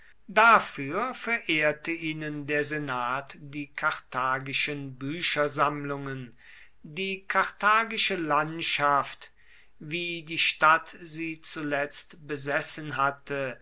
dafür verehrte ihnen der senat die karthagischen büchersammlungen die karthagische landschaft wie die stadt sie zuletzt besessen hatte